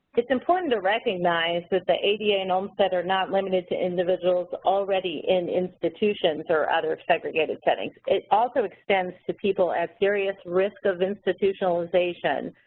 it's important to recognize that the ada and olmstead are not limited to individuals already in institutions or other segregated settings. it also expends to people as serious risk of institutionalization.